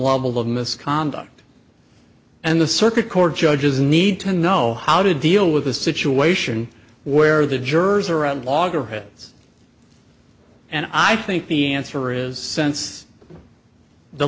level of misconduct and the circuit court judges need to know how to deal with a situation where the jurors are at loggerheads and i think the answer is sense the